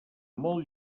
molt